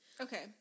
Okay